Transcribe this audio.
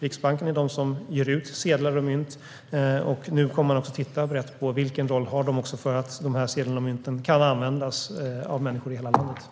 Riksbanken ger ju ut sedlar och mynt, och nu kommer vi att titta brett på vilken roll Riksbanken har för att dessa sedlar och mynt ska kunna användas av människor i hela landet.